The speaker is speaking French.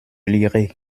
lirai